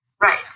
Right